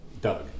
Doug